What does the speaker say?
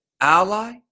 ally